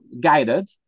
guided